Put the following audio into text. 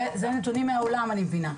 זה נתונים מהעולם אני מבינה.